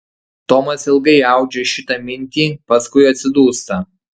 tomas ilgai audžia šitą mintį paskui atsidūsta